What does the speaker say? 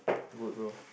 good bro